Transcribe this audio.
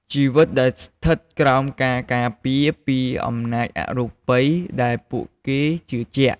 ជីវិតដែលស្ថិតក្រោមការការពារពីអំណាចអរូបីដែលពួកគេជឿជាក់។